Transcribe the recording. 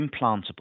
implantable